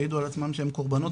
העידו על עצמם שהם קורבנות,